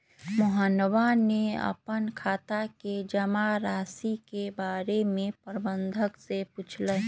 मोहनवा ने अपन खाता के जमा राशि के बारें में प्रबंधक से पूछलय